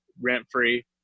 rent-free